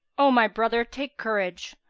o my brother, take courage!